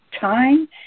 time